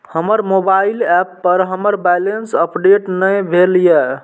हमर mobile app पर हमर बैलेंस अपडेट ने भेल या